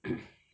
mm